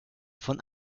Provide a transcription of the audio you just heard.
von